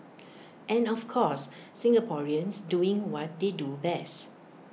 and of course Singaporeans doing what they do best